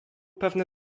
pewne